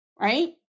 right